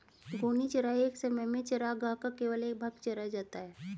घूर्णी चराई एक समय में चरागाह का केवल एक भाग चरा जाता है